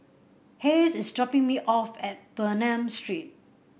Hayes is dropping me off at Bernam Street